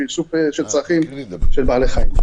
זה איסוף של צרכים של בעלי חיים.